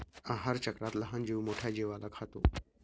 आहारचक्रात लहान जीव मोठ्या जीवाला खातो